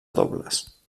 dobles